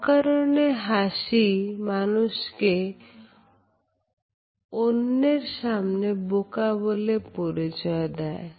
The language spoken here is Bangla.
অকারনে হাসি মানুষকে অন্যের সামনে বোকা বলে পরিচয় দেয়